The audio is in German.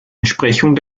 entsprechung